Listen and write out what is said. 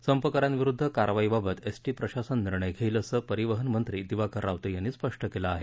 संपकऱ्यांविरुद्ध कारवाईबाबत S T प्रशासन निर्णय घेईल असं परिवहन मंत्री दिवाकर रावते यानी स्पष्ट केलं आहे